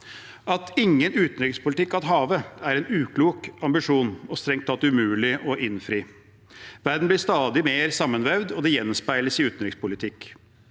At ingen utenrikspolitikk «at have», er en uklok ambisjon og strengt tatt umulig å innfri. Verden blir stadig mer sammenvevd, og det gjenspeiles i utenrikspolitikken.